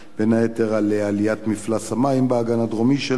בין היתר עליית מפלס המים באגן הדרומי שלו,